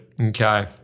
Okay